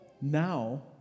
now